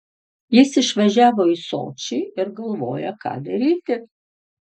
jis išvažiavo į sočį ir galvoja ką daryti